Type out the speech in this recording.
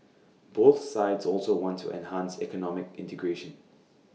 both sides also want to enhance economic integration